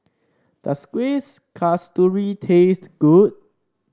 does Kuih Kasturi taste good